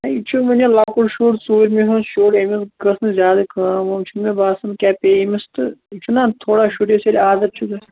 ہَے یہِ چھُ وُنہِ لۅکُٹ شُر ژوٗرمہِ ہُنٛد شُر أمِس گٔژھ نہٕ زیادٕ کٲم وٲم چھِ مےٚ باسان کیٛاہ پیٚیہِ أمِس تہٕ یہِ چھُنا تھوڑا شُرِس ییٚلہِ عادت چھُ گَژھان